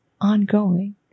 Ongoing